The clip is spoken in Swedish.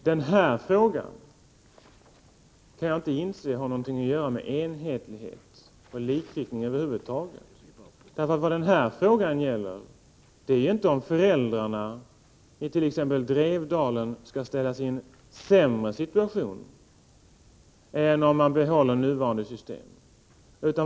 Herr talman! Jag kan inte inse att den här frågan har någonting att göra med enhetlighet och likriktning över huvud taget. Den här frågan gäller inte om föräldrarna it.ex. Drevdagen skall ställas i en sämre situation än om man behåller nuvarande system.